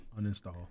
Uninstall